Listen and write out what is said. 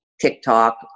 TikTok